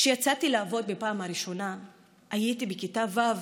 כשיצאתי לעבוד בפעם הראשונה הייתי בכיתה ו',